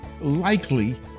likely